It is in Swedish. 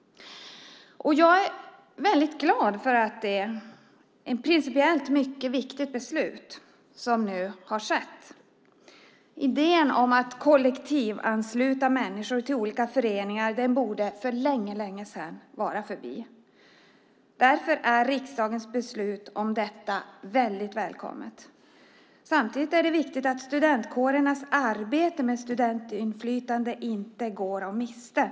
Jag är glad över det principiellt mycket viktiga beslutet. Att kollektivansluta människor till föreningar är något som för länge sedan borde ha varit borta. Därför är riksdagens beslut välkommet. Samtidigt är det viktigt att studentkårernas arbete med studentinflytande inte går om intet.